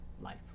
Life